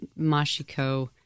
Mashiko